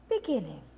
beginning